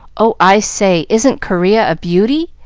oh, i say, isn't corea a beauty?